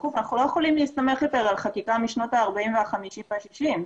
אנחנו לא יכולים להסתמך יותר על חקיקה משנות ה40 וה50 וה60.